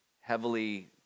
heavily